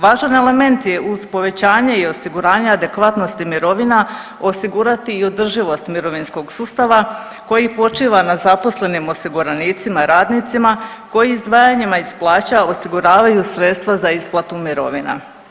Važan element je uz povećanje i osiguranje adekvatnosti mirovina osigurati i održivost mirovinskog sustava koji počiva na zaposlenim osiguranicima i radnicima koji izdvajanjima iz plaća osiguravaju sredstva za isplatu mirovina.